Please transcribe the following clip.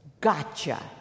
Gotcha